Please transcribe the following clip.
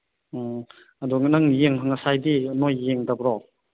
ꯑꯣ ꯑꯗꯨꯒ ꯅꯪ ꯉꯁꯥꯏꯗꯤ ꯅꯣꯏ ꯌꯦꯡꯗꯕꯔꯣ